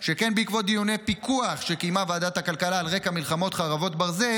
שכן בעקבות דיוני פיקוח שקיימה ועדת הכלכלה על רקע מלחמת חרבות ברזל,